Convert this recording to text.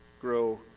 grow